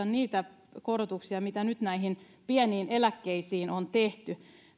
niitä korotuksia mitä nyt näihin pieniin eläkkeisiin on tehty